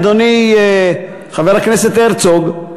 אדוני חבר הכנסת הרצוג,